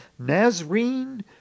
Nazreen